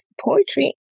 Poetry